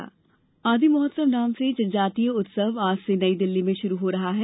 आदि महोत्सव आदि महोत्सव नाम से जनजातीय उत्सव आज से नई दिल्ली मे शुरू हो रहा है